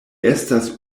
estas